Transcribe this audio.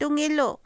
ꯇꯨꯡ ꯏꯜꯂꯨ